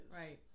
Right